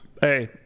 Hey